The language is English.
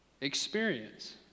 experience